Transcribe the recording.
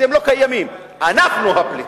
אתם לא קיימים, אנחנו הפליטים.